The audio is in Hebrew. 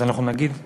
אז אנחנו נגיד שוב: